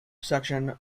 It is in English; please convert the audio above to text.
section